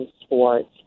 sports